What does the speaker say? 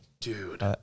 Dude